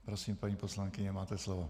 Prosím, paní poslankyně, máte slovo.